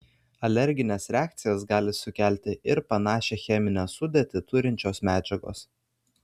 alergines reakcijas gali sukelti ir panašią cheminę sudėtį turinčios medžiagos